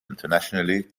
internationally